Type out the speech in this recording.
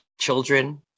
children